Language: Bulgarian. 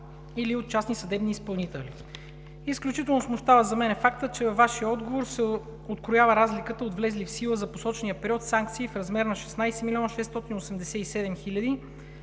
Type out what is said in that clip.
или от частни съдебни изпълнители. Изключително смущаващ за мен е фактът, че във Вашия отговор се откроява разликата от влезли в сила за посочения период санкции в размер на 16 687 362